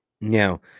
Now